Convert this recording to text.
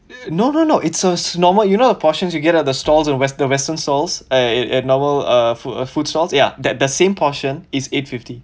no no no it's as normal you know the portions you get at the stalls and western western stalls eh eh normal uh food food stalls ya the the same portion is eight fifty